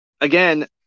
Again